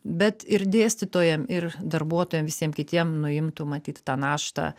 bet ir dėstytojam ir darbuotojam visiem kitiem nuimtų matyt tą naštą